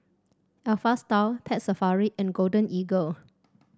Alpha Style Pet Safari and Golden Eagle